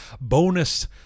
bonus